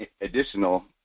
additional